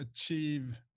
achieve